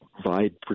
provide